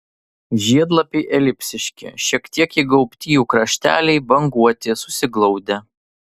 žiedlapiai elipsiški šiek tiek įgaubti jų krašteliai banguoti susiglaudę